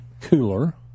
cooler